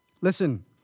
Listen